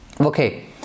Okay